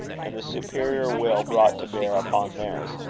and the superior will brought to bear upon theirs.